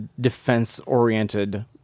defense-oriented